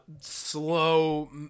slow